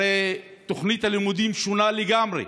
הרי תוכנית הלימודים שונה לגמרי,